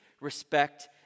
respect